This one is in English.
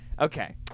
Okay